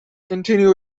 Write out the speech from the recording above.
continue